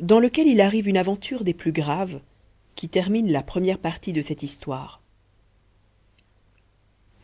dans lequel il arrive une aventure des plus graves qui termine la première partie de cette histoire